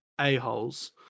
a-holes